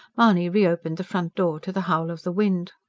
mahony reopened the front door to the howl of the wind.